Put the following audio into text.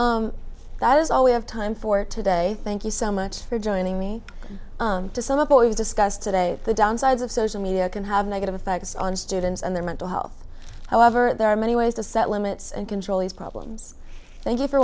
you that is all we have time for today thank you so much for joining me to sum up what we've discussed today the downsides of social media can have negative effects on students and their mental health however there are many ways to set limits and control these problems th